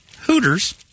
Hooters